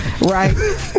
right